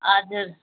हजुर